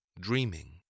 dreaming